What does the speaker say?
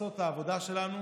לעשות את העבודה שלנו,